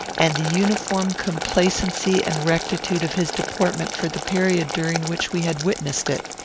and the uniform complacency and rectitude of his deportment for the period during which we had witnessed it.